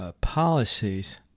policies